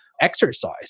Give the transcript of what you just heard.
exercise